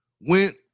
went